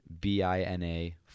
B-I-N-A